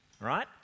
right